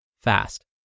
fast